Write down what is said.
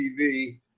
TV